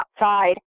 outside